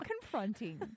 confronting